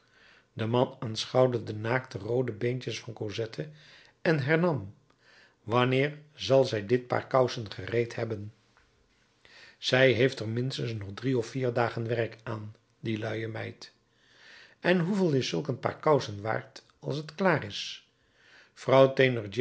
de man aanschouwde de naakte roode beentjes van cosette en hernam wanneer zal zij dit paar kousen gereed hebben zij heeft er minstens nog drie of vier dagen werk aan die luie meid en hoeveel is zulk een paar kousen waard als t klaar is vrouw